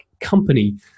company